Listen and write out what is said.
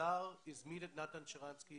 חזר והזמין את נתן שרנסקי